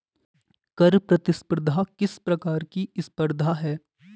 कर प्रतिस्पर्धा किस प्रकार की स्पर्धा है?